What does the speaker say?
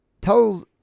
tells